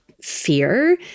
fear